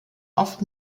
oft